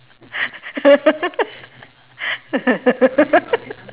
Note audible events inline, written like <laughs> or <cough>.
<laughs>